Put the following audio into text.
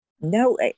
No